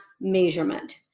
measurement